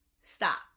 stop